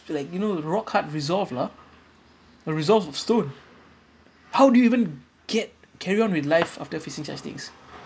feel like you know rock hard resolve lah a resolve of stone how do you even get carry on with life after facing such things